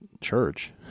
church